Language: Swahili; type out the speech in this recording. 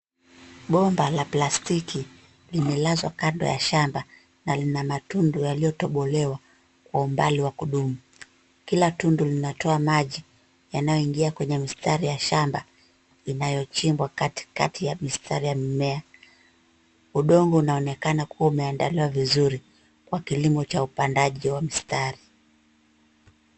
Bomba la plastiki limelazwa kando ya shamba na lina matundu yaliyotobolewa kwa umbali wa kudumu. Kina tundu linatoa maji yanayoingia kwenye mistari ya shamba inayochimbwa katikati ya mistari ya mimea. Udongo unaonekana kuwa umeandaliwa vizuri kwa kilimo cha upandaji wa mistari.